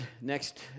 next